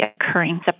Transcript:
occurring